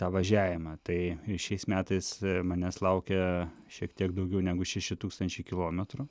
tą važiavimą tai šiais metais manęs laukia šiek tiek daugiau negu šeši tūkstančiai kilometrų